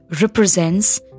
represents